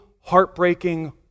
heartbreaking